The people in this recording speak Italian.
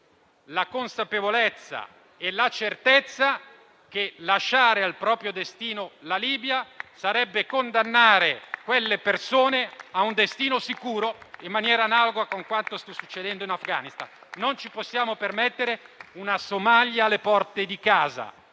la consapevolezza e la certezza che lasciare al proprio destino la Libia sarebbe condannare quelle persone a un destino sicuro, in maniera analoga a quanto sta accadendo in Afghanistan. Non ci possiamo permettere una Somalia alle porte di casa.